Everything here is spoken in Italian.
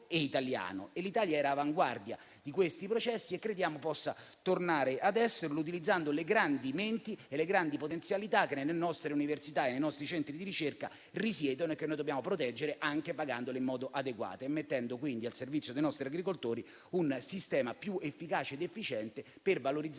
e italiano. L'Italia era all'avanguardia in questi processi e crediamo possa tornare ad esserlo utilizzando le grandi menti e le grandi potenzialità che risiedono nelle nostre università e nei nostri centri di ricerca e che noi dobbiamo proteggere, anche pagandole in modo adeguato e mettendo quindi al servizio dei nostri agricoltori un sistema più efficace ed efficiente, per valorizzare